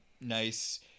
nice